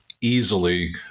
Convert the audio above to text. easily